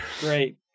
Great